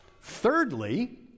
Thirdly